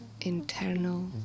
internal